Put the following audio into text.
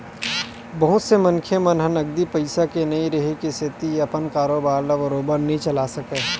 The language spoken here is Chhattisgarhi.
बहुत से मनखे मन ह नगदी पइसा के नइ रेहे के सेती अपन कारोबार ल बरोबर नइ चलाय सकय